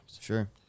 Sure